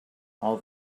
all